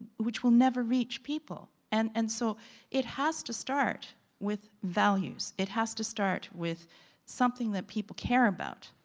which will never reach people and and so it has to start with values. it has to start with something that people care about.